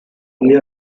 india